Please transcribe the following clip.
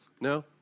No